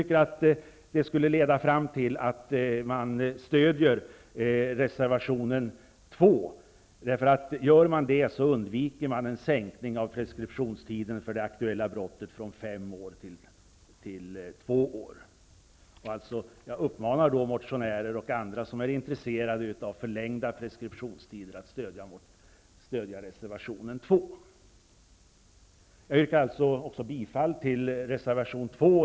Denna insikt borde leda till ett stödjande av reservationen 2 för att undvika en sänkning av preskriptionstiden för det aktuella brottet från fem år till två år. Jag uppmanar motionärer och andra som är intresserade av förlängda preskriptionstider att stödja reservation 2, till vilken jag yrkar bifall.